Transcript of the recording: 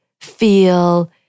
feel